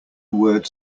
word